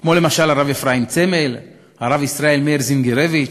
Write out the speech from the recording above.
כמו למשל הרב אפרים צמל, הרב ישראל מאיר זינגרביץ,